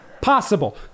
possible